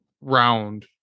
round